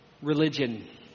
Religion